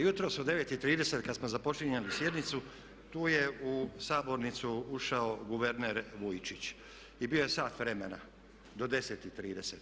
Jutros u 9,30 kad smo započinjali sjednicu tu je u sabornicu ušao guverner Vujčić i bio je sat vremena do 10,30.